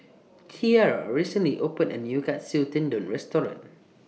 Tiara recently opened A New Katsu Tendon Restaurant